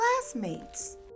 classmates